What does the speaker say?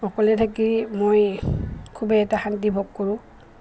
অকলে থাকি মই খুবেই এটা শান্তি ভোগ কৰোঁ